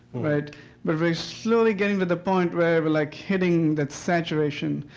but but we're slowly getting to the point where we're like hitting that saturation.